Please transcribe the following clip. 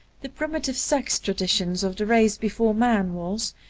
the primitive sex traditions of the race before man was,